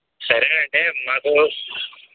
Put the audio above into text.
సరే అయితే మాకు